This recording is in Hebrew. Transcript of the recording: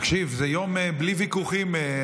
תקשיב, זה יום בלי ויכוחים.